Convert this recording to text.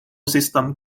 system